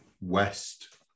West